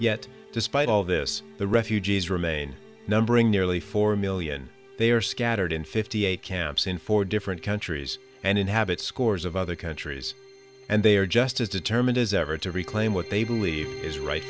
yet despite all this the refugees remain numbering nearly four million they are scattered in fifty eight camps in four different countries and inhabit scores of other countries and they are just as determined as ever to reclaim what they believe is right